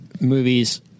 movies